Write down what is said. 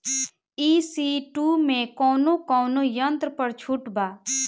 ई.सी टू मै कौने कौने यंत्र पर छुट बा?